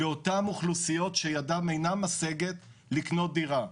לאותן אוכלוסיות שידן אינה משגת לקנות דירה.